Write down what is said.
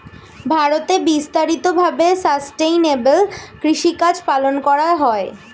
ভারতে বিস্তারিত ভাবে সাসটেইনেবল কৃষিকাজ পালন করা হয়